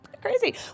Crazy